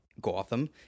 Gotham